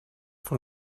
von